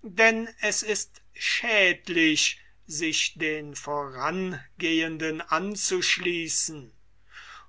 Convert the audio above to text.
denn es ist schädlich sich den vorangehenden anzuschließen